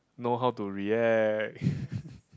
know how to react